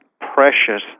precious